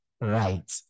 right